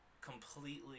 completely